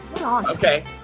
Okay